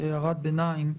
כהערת ביניים,